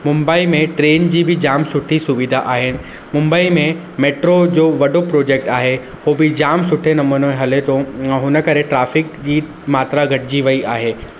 मुंबई में ट्रेन जी बि जामु सुठी सुविधा आहिनि मुंबई में मेट्रो जो वॾो प्रोजेक्ट आहे हो बि जामु सुठे नमूने हले थो उन करे ट्राफिक जी मात्रा घटिजी वई आहे